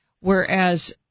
whereas